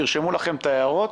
תרשמו לכם את ההערות